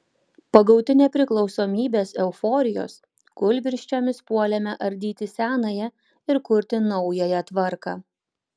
pagauti nepriklausomybės euforijos kūlvirsčiomis puolėme ardyti senąją ir kurti naująją tvarką